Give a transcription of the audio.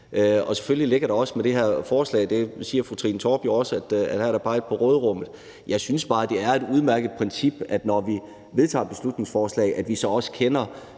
Og selvfølgelig ligger der også i det her forslag – det siger fru Trine Torp jo også – at der er peget på råderummet. Jeg synes bare, det er et udmærket princip, når vi vedtager beslutningsforslag, at vi så også ved,